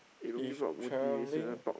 if travelling